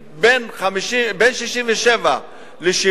בין 67 ל-70,